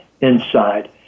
inside